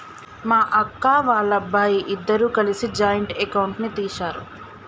మా అక్క, వాళ్ళబ్బాయి ఇద్దరూ కలిసి జాయింట్ అకౌంట్ ని తీశారు